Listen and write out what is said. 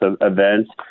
events